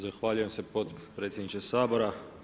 Zahvaljujem se potpredsjedniče Sabora.